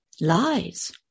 lies